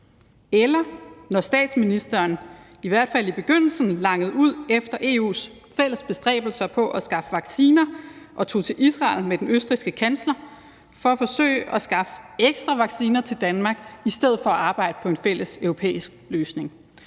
nok, når statsministeren i hvert fald i begyndelsen langede ud efter EU's fælles bestræbelser på at skaffe vacciner og tog til Israel med den østrigske kansler for at forsøge at skaffe ekstra vacciner til Danmark i stedet for at arbejde på en fælles europæisk løsning.